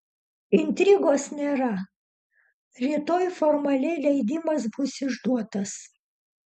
intrigos nėra rytoj formaliai leidimas bus išduotas